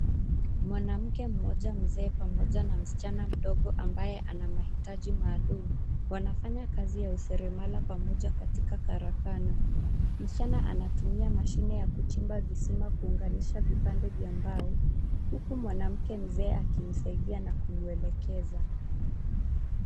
Mwanamke mmoja mzee pamoja na msichana mdogo ambaye ana mahitaji maalum; wanafanya kazi ya useremala pamoja katika karakana. Msichana anatumia mashine ya kuchimba visima kuunganisha vipande vya mbao huku mwanamke mzee akimsaidia na kumwelekeza.